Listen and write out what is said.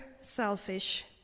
selfish